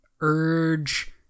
urge